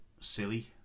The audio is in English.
silly